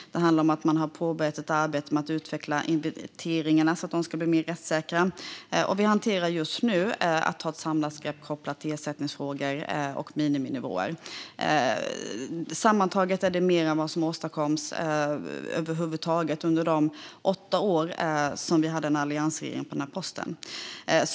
Det handlar om att man har påbörjat ett arbete med att utveckla inventeringarna för att de ska bli mer rättssäkra. Och vi hanterar just nu frågan om att ta ett samlat grepp om ersättningsfrågor och miniminivåer. Sammantaget är det mer än vad som åstadkoms under de åtta år som vi hade en alliansregering.